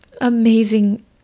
amazing